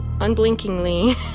unblinkingly